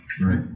right